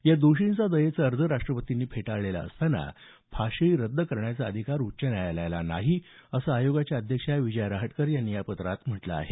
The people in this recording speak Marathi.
या दोषींचा दयेचा अर्ज राष्ट्रपतींनी फेटाळलेला असताना फाशी रद्द करण्याचा अधिकार उच्च न्यायालयाला नाही असं आयोगाच्या अध्यक्ष विजया रहाटकर यांनी या पत्रात म्हटलं आहे